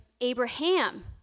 Abraham